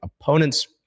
opponents